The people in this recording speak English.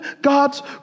God's